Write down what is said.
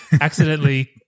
accidentally